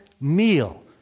meal